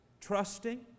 trusting